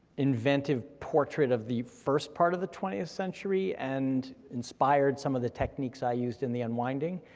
inventive portrait of the first part of the twentieth century, and inspired some of the techniques i used in the unwinding,